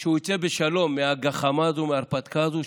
שהוא יצא בשלום מהגחמה הזו, מההרפתקה הזו,